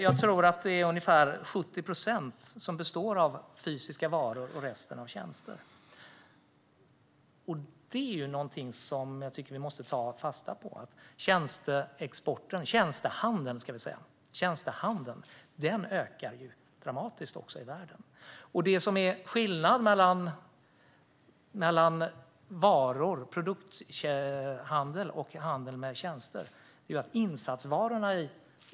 Jag tror att det är ungefär 70 procent som består av fysiska varor och att resten består av tjänster. Det är någonting som jag tycker att vi måste ta fasta på. Tjänstehandeln ökar dramatiskt i världen. Det är en skillnad mellan produkthandel och handel med tjänster.